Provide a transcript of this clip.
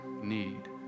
need